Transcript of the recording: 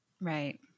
Right